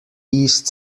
east